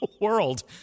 world